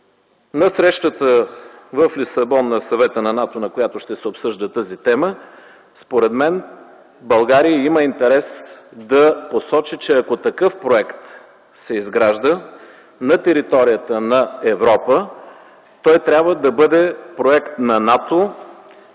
На срещата в Лисабон на Съвета на НАТО, на която ще се обсъжда тази тема, според мен България има интерес да посочи, че ако такъв проект се изгражда на територията на Европа, той трябва да бъде проект на НАТО,